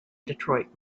detroit